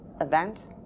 event